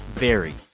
very,